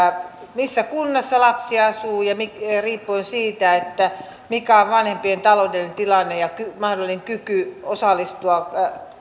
missä kunnassa lapsi asuu ja riippuen siitä mikä on vanhempien taloudellinen tilanne ja mahdollinen kyky osallistua